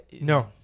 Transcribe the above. No